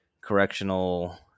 correctional